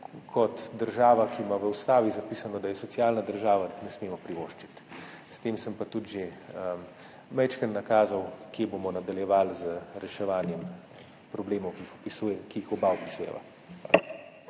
kot država, ki ima v Ustavi zapisano, da je socialna država, ne smemo privoščiti. S tem sem pa tudi že majčkeno nakazal, kje bomo nadaljevali z reševanjem problemov, ki jih oba opisujeva.